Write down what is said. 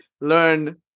learn